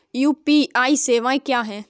UPI सवायें क्या हैं?